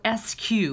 SQ